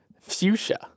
fuchsia